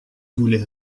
voulez